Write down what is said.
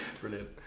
Brilliant